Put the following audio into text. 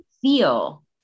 feel